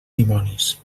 dimonis